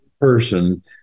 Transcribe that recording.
person